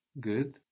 Good